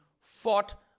fought